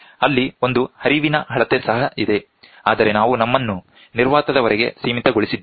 ಅಲ್ಲಿ ಒಂದು ಹರಿವಿನ ಅಳತೆ ಸಹ ಇದೆ ಆದರೆ ನಾವು ನಮ್ಮನ್ನು ನಿರ್ವಾತದವರೆಗೆ ಸೀಮಿತಗೊಳಿಸುತ್ತಿದ್ದೇವೆ